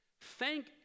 thank